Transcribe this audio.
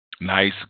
nice